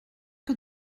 que